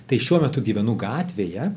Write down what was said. tai šiuo metu gyvenu gatvėje